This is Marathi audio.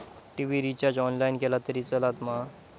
टी.वि रिचार्ज ऑनलाइन केला तरी चलात मा?